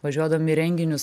važiuodavom į renginius